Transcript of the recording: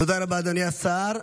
תודה רבה, אדוני השר.